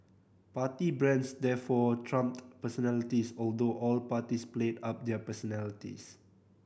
party brands therefore trumped personalities although all parties played up their personalities